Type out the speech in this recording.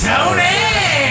Tony